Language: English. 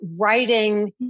writing